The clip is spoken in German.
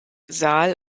saal